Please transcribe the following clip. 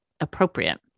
appropriate